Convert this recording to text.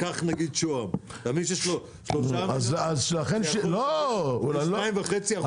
שוהם למשל, 3 מיליון זה 2.5% מתקציב העירייה?